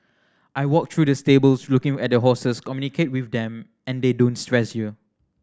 I walk through the stables looking at the horses communicate with them and they don't stress you